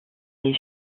les